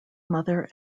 mother